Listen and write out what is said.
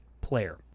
player